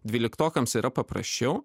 dvyliktokams yra paprasčiau